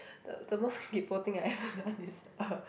the the most kaypoh thing I ever done is uh